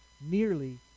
nearly